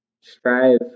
Strive